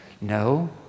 No